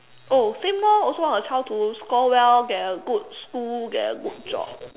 oh same lor also want her child to score well get a good school get a good job